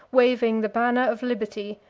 waving the banner of liberty,